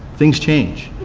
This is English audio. things change.